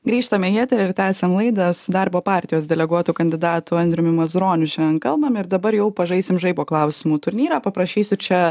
grįžtame į eterį ir tęsiam laidą su darbo partijos deleguotu kandidatu andriumi mazuroniu šiandien kalbam ir dabar jau pažaisim žaibo klausimų turnyrą paprašysiu čia